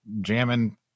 jamming